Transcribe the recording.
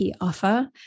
offer